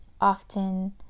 often